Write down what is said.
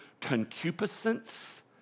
concupiscence